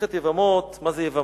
מסכת יבמות, מה זה יבמה?